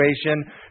situation